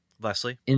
Leslie